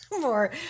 more